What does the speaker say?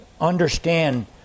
understand